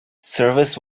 service